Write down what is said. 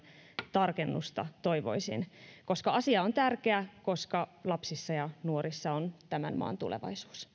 tarkennusta toivoisin koska asia on tärkeä koska lapsissa ja nuorissa on tämän maan tulevaisuus